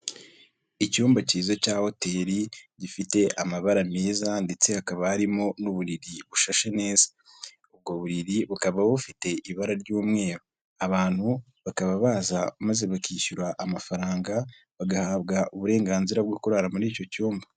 Icyumba kiza cya hoteri gifite amabara meza ndetse hakaba harimo n'uburiri bushashe neza. Ubwo buriri bukaba bufite ibara ry'umweru. Abantu bakaba baza maze bakishyura amafaranga bagahabwa uburenganzira bwo kurara muri icyo cyumba.